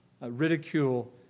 ridicule